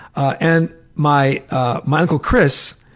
and my ah my uncle chris,